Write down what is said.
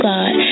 God